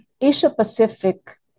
Asia-Pacific